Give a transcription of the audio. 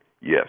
yes